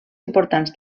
importants